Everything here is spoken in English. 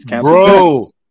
Bro